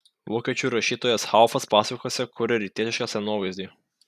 vokiečių rašytojas haufas pasakose kuria rytietišką scenovaizdį